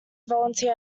volunteer